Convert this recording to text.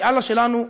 כי אללה שלנו,